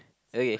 okay